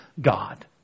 God